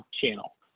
channel